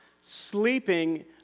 sleeping